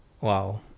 Wow